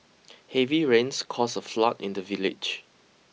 heavy rains caused a flood in the village